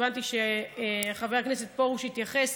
הבנתי שחבר הכנסת פרוש יתייחס.